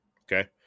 Okay